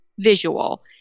visual